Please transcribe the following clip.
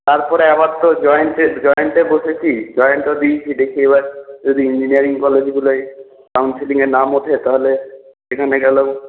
তারপরে আবার তো জয়েন্টে জয়েন্টে বসেছি জয়েন্ট ও দিয়েছি দেখি এবার যদি ইঞ্জিনিয়ারিং কলেজগুলায় কাউন্সেলিংয়ে নাম ওঠে তাহলে সেখানে গেলেও